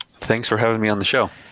thanks for having me on the show.